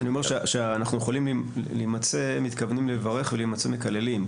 אני אומר שאנחנו יכולים להימצא מתכוונים לברך ולהימצא מקללים,